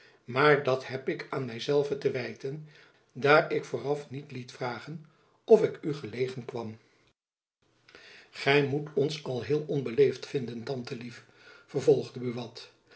maar dat heb ik aan myzelve te wijten daar ik vooraf niet liet vragen of ik u gelegen kwam gy moet ons al heel onbeleefd vinden tantelief vervolgde buat